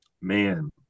man